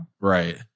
Right